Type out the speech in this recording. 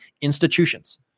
institutions